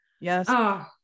yes